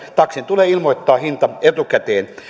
taksin tulee ilmoittaa hinta etukäteen